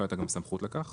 לא הייתה גם סמכות לכך